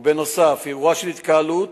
ובנוסף, אירוע של התקהלות,